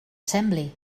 sembli